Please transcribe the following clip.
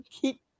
keep